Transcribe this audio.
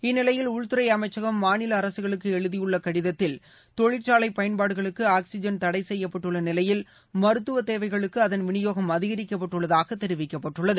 இந்நிலையில் உள்துறை அமைச்சகம் மாநில அரசுகளுக்கு எழுதியுள்ள கடிதத்தில் தொழிற்சாலை பயன்பாடுகளுக்கு ஆக்ஸிஜன் தடை செய்யப்பட்டுள்ள நிலையில் மருத்துவ தேவைகளுக்கு அதன் விநியோகம் அதிகரிக்கப்பட்டுள்ளதாக தெரிவிக்கப்பட்டுள்ளது